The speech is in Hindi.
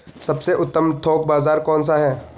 सबसे उत्तम थोक बाज़ार कौन सा है?